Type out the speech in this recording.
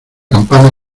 campana